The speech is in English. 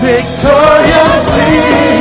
Victoriously